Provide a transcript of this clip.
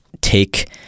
take